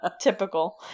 Typical